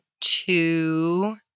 two